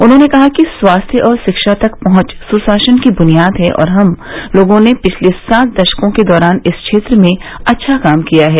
उन्होंने कहा कि स्वास्थ्य और शिक्षा तक पहुंच सुशासन की बुनियाद है और हम लोगों ने पिछले सात दशकों के दौरान इस क्षेत्र में अच्छा काम किया है